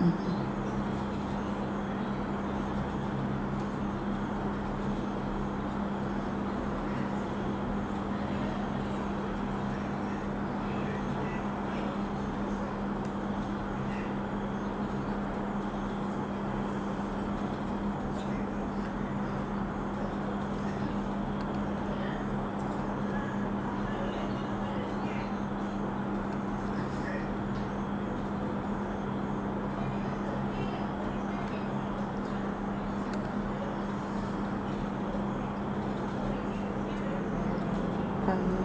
mmhmm mmhmm